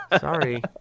Sorry